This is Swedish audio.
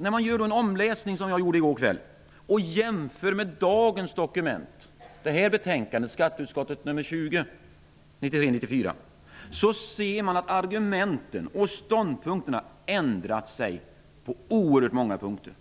När man gör en omläsning, som jag gjorde i går kväll, och jämför med dagens dokument, 1993/94:SkU20, ser man att argumenten och ståndpunkterna har ändrats på oerhört många punkter.